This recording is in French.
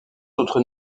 autres